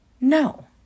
No